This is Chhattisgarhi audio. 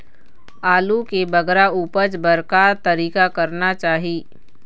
आलू के बगरा उपज बर का तरीका करना चाही?